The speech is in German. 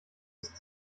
ist